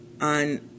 on